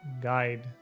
guide